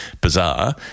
bizarre